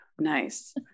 Nice